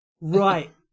Right